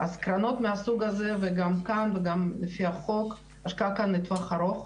קרנות מהסוג הזה וגם כאן לפי החוק ההשקעה היא לטווח ארוך.